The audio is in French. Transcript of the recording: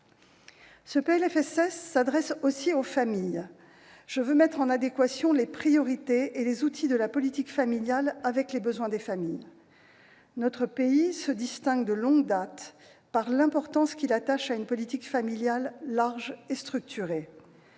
Ce PLFSS s'adresse aussi aux familles. Je veux mettre en adéquation les priorités et les outils de la politique familiale avec les besoins des familles. Notre pays se distingue de longue date par l'importance qu'il attache à une politique familiale large et structurée.